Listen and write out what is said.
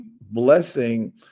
blessing